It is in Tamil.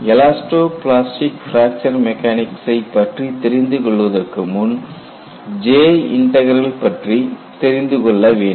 எலாஸ்டோ பிளாஸ்டிக் பிராக்சர் மெக்கானிக்சை பற்றி தெரிந்து கொள்வதற்கு முன் J இன்டக்ரல் பற்றி தெரிந்து கொள்ள வேண்டும்